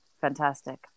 fantastic